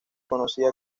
conocía